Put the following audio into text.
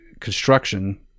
construction